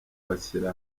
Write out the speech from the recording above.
bashyira